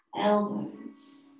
elbows